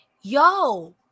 Yo